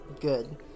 Good